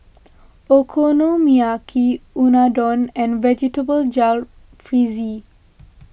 Okonomiyaki Unadon and Vegetable Jalfrezi